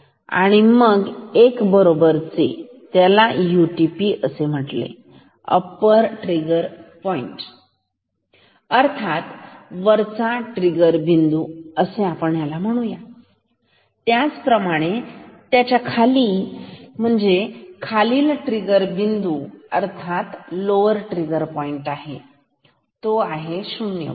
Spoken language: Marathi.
तर मग हे आहे एक बरोबरचे त्याला यूटिपी म्हणजे अप्पर ट्रिगर पॉइंट अर्थात वरचा ट्रिगर बिंदू असे म्हणूया त्याचप्रमाणे त्याच्या खाली आहे म्हणजे खालील ट्रिगर बिंदू अर्थात लोअर ट्रिगर पॉइंट तो आहे शून्य होल्ट